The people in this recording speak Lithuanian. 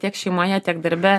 tiek šeimoje tiek darbe